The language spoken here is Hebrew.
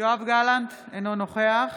יואב גלנט, אינו נוכח